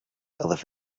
أضف